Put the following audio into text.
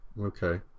Okay